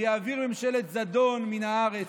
ויעביר ממשלת זדון מן הארץ.